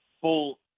full